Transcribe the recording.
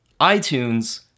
iTunes